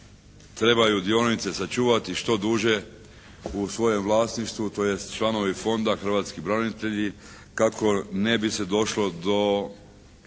trebaju dionice sačuvati što dulje u svojem vlasništvu tj. članovi Fonda hrvatski branitelji kako ne bi se došlo do